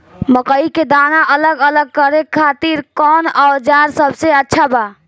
मकई के दाना अलग करे खातिर कौन औज़ार सबसे अच्छा बा?